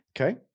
Okay